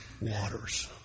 waters